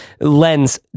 lens